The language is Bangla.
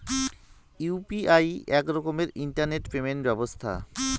ইউ.পি.আই আক রকমের ইন্টারনেট পেমেন্ট ব্যবছথা